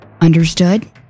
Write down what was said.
Understood